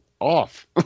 off